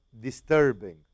disturbing